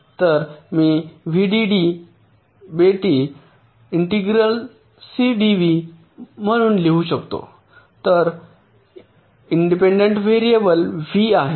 तर मी V D D by T integral C D V म्हणून लिहू शकतो आता इंडिपेन्डन्ट व्हेरिएबल व्ही आहे